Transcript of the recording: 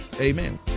Amen